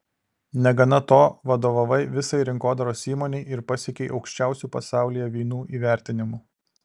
negana to vadovavai visai rinkodaros įmonei ir pasiekei aukščiausių pasaulyje vynų įvertinimų